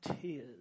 tears